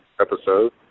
episode